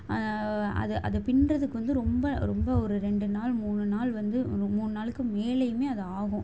அதை அதை பின்னுறதுக்கு வந்து ரொம்ப ரொம்ப ஒரு ரெண்டு நாள் மூணு நாள் வந்து ஒரு மூணு நாளுக்கு மேலேயுமே அது ஆகும்